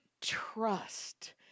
trust